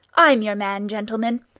i'm your man, gentlemen!